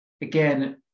again